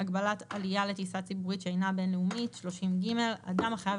"הגבלת עליה לטיסה ציבורית שאינה בין-לאומית 30ג. אדם החייב